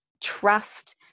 trust